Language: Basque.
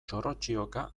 txorrotxioka